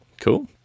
cool